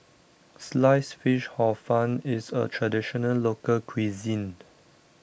Sliced Fish Hor Fun is a Traditional Local Cuisine